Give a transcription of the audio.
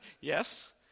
Yes